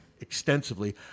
extensively